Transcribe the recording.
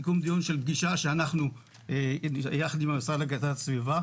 סיכום דיון של פגישה שלנו יחד עם המשרד להגנת הסביבה,